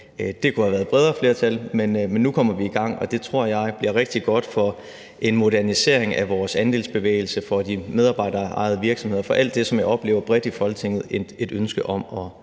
det kunne have været et bredere flertal, men nu kommer vi i gang, og det tror jeg bliver rigtig godt for en modernisering af vores andelsbevægelse, for de medarbejderejede virksomheder, for alt det, som jeg oplever der bredt i Folketinget er et ønske om at